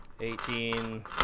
eighteen